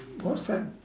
what's that